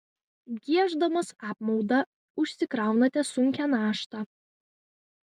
gieždamas apmaudą užsikraunate sunkią naštą